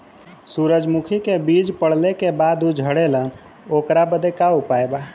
सुरजमुखी मे बीज पड़ले के बाद ऊ झंडेन ओकरा बदे का उपाय बा?